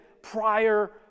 prior